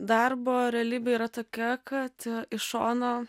darbo realybė yra tokia kad iš šono